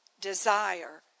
desire